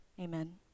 amen